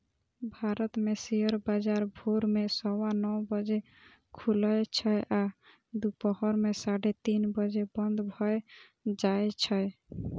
भारत मे शेयर बाजार भोर मे सवा नौ बजे खुलै छै आ दुपहर मे साढ़े तीन बजे बंद भए जाए छै